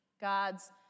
God's